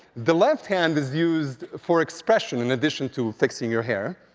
the left hand is used for expression, in addition to fixing your hair.